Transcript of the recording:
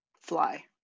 Fly